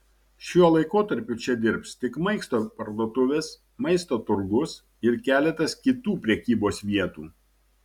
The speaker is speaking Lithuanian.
šiuo laikotarpiu čia dirbs tik maisto parduotuvės maisto turgus ir keletas kitų prekybos vietų